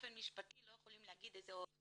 באופן משפטי לא יכולים להמליץ על עורך